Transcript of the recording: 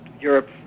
Europe